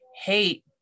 hate